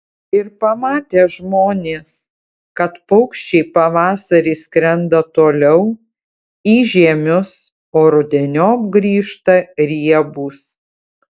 ir pamatė žmonės kad paukščiai pavasarį skrenda toliau į žiemius o rudeniop grįžta riebūs